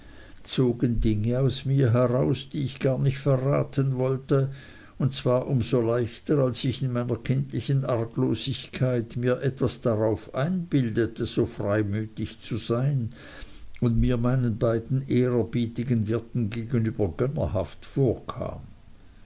zogen dinge aus mir heraus die ich gar nicht verraten wollte und zwar um so leichter als ich in meiner kindlichen arglosigkeit mir etwas darauf einbildete so freimütig zu sein und mir meinen beiden ehrerbietigen wirten gegenüber gönnerhaft vorkam